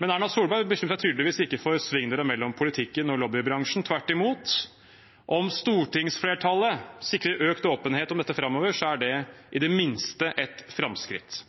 Men Erna Solberg bekymrer seg tydeligvis ikke for svingdøren mellom politikken og lobbybransjen – tvert imot. Om stortingsflertallet sikrer økt åpenhet om dette framover, er det i det minste et framskritt.